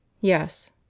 Yes